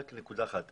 נקודה אחת.